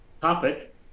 topic